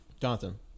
Jonathan